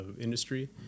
industry